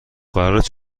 قرارت